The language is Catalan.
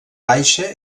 baixa